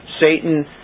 Satan